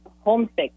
homesick